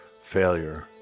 failure